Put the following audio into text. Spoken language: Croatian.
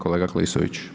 Kolega Klisović.